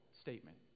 statement